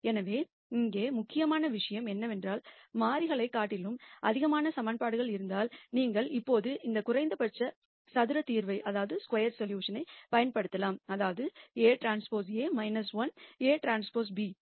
எனவே இங்கே முக்கியமான விஷயம் என்னவென்றால் வேரியபிலை காட்டிலும் அதிகமான ஈகிவேஷன்கள் இருந்தால் நீங்கள் எப்போதும் இந்த லீஸ்ட் ஸ்கோயர் சொல்யுஷன் பயன்படுத்தலாம் அதாவது Aᵀ A 1 Aᵀ b